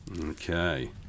okay